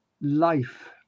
life